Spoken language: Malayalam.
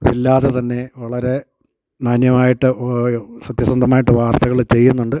ഇല്ലാതെ തന്നെ വളരെ മാന്യമായിട്ട് സത്യസന്ധമായിട്ട് വാർത്തകൾ ചെയ്യുന്നുണ്ട്